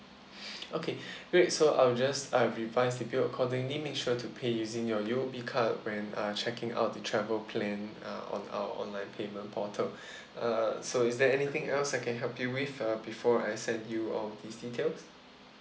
okay great so I'll just I revise with you accordingly make sure to pay using your U_O_B card when uh checking out the travel plan uh on our online payment portal uh so is there anything else I can help you with uh before I send you all these details